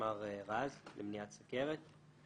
איתמר רז, למניעת סוכרת.